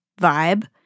vibe